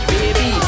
Baby